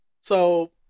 So-